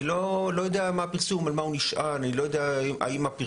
אני לא יודע על מה הפרסום הזה נשען והאם מי